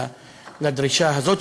לדרישה הזאת,